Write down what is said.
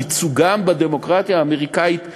ייצוגן בדמוקרטיה האמריקנית נפגע,